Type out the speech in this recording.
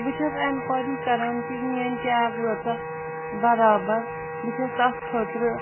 بہٕ چھَس اینکوری کران کہِ میٛٲنۍ کیب وٲژاہ برابر بہٕ چھَس تَتھ خٲطرٕ